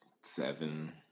seven